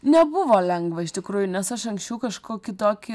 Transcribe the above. nebuvo lengva iš tikrųjų nes aš anksčiau kažkokį tokį